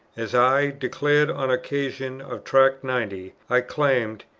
as i declared on occasion of tract ninety, i claimed,